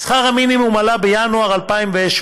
שכר המינימום עלה בינואר 2017,